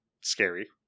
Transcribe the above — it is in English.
scary